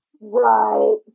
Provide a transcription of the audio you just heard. Right